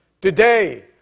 Today